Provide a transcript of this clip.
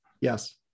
Yes